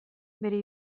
bere